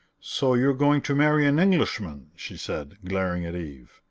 so you're going to marry an englishman, she said, glaring at eve.